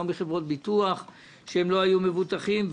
לא מחברות ביטוח כי הם לא היו מבוטחים,